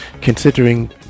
considering